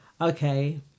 Okay